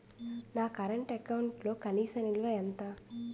నా కరెంట్ అకౌంట్లో కనీస నిల్వ ఎంత?